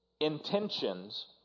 Intentions